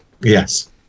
Yes